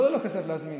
לא עולה לו כסף להזמין,